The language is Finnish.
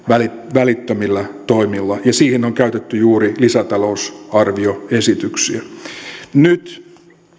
välittömillä toimilla ja siihen on käytetty juuri lisätalousarvioesityksiä nyt